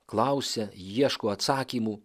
klausia ieško atsakymų